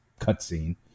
cutscene